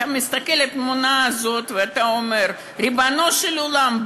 אתה מסתכל על התמונה הזאת ואתה אומר: ריבונו של עולם,